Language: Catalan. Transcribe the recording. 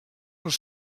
els